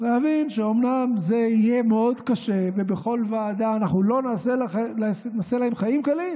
להבין שאומנם זה יהיה מאוד קשה ובכל ועדה אנחנו לא נעשה להם חיים קלים,